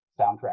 soundtrack